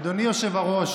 אדוני היושב-ראש,